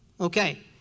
okay